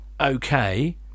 okay